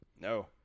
No